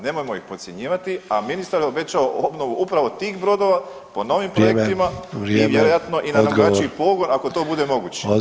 Nemojmo ih podcjenjivati, a ministar je obećao obnovu upravo tih brodova po novim projektima i vjerojatno i na drugačiji pogon ako to bude moguće.